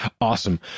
awesome